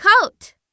coat